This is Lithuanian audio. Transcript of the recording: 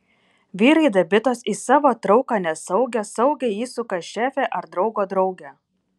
vyrai dabitos į savo trauką nesaugią saugią įsuka šefę ar draugo draugę